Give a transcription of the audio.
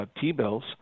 T-bills